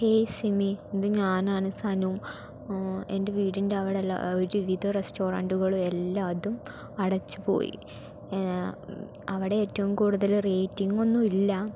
hey Simi ഇത് ഞാനാണ് സനു എൻ്റെ വീടിൻ്റെ അവിടെയുള്ള ഒരു വിധം റസ്റ്റോറന്റുകൾ എല്ലാതും അടച്ചു പോയി അവിടെ ഏറ്റവും കൂടുതൽ റേറ്റിംഗ് ഒന്നും ഇല്ല